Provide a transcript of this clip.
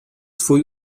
twój